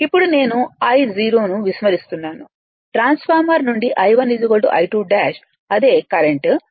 ఇప్పుడు నేను I0 ను విస్మరిస్తున్నాను ట్రాన్స్ఫార్మర్ నుండి I1 I2 డాష్ అదే కరెంట్ 35